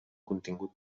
contingut